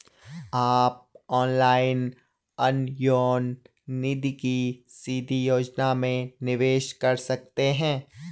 आप ऑनलाइन अन्योन्य निधि की सीधी योजना में निवेश कर सकते हैं